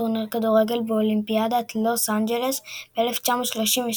טורניר כדורגל באולימפיאדת לוס אנג'לס ב-1932,